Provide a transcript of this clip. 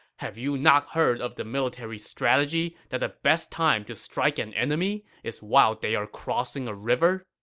have you not heard of the military strategy that the best time to strike an enemy is while they're crossing a river?